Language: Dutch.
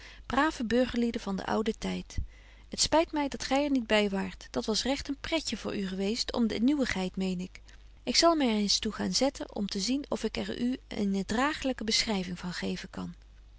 brave burgerlieden van den ouden tyd het spyt my dat gy er niet by waart dat was regt een pretje voor u geweest om de nieuwigheid meen ik ik zal er my eens toe gaan zetten om te zien of ik er u eene dragelyke beschryving van geven kan